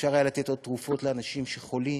אפשר היה לתת עוד תרופות לאנשים שחולים,